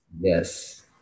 Yes